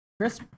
Chris